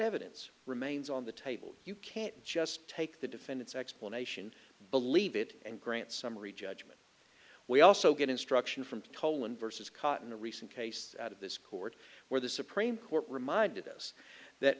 evidence remains on the table you can't just take the defendant's explanation believe it and grant summary judgment we also get instruction from colin versus caught in a recent case out of this court where the supreme court reminded us that